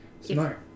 Smart